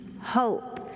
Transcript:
hope